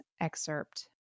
excerpt